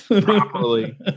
Properly